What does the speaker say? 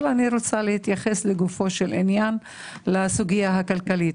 אבל אני רוצה להתייחס לגופו של עניין לסוגיה הכלכלית.